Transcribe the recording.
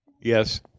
Yes